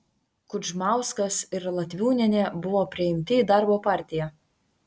kudžmauskas ir latviūnienė buvo priimti į darbo partiją